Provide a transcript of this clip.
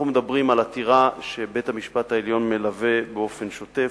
אנחנו מדברים על עתירה שבית-המשפט העליון מלווה באופן שוטף,